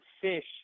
fish